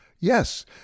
Yes